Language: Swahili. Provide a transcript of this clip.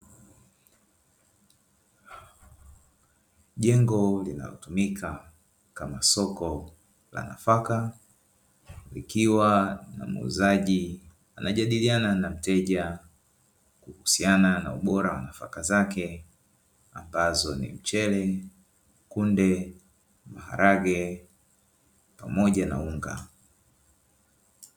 Jengo linalotumika kama soko la nafaka likiwa na muuzaji anajadiliana na mteja kuhusiana na ubora wa nafaka zake ambazo ni mchele, kunde, maharage pamoja na unga.